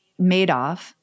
Madoff